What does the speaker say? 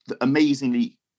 amazingly